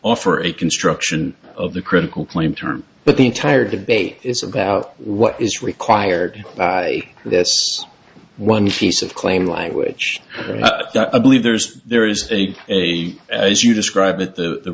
offer a construction of the critical claim term but the entire debate is about what is required this one piece of claim language i believe there's there is a way as you describe it the